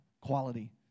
quality